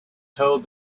told